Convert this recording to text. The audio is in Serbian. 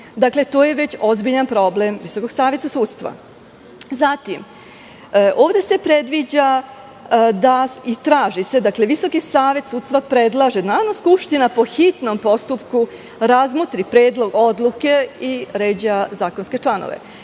Dakle, to je već ozbiljan problem Visokog saveta sudstva. Zatim, ovde se predviđa i traži se da Visoki savet sudstva predlaže, Narodna skupština po hitnom postupku razmotri predlog odluke i ređa zakonske članove.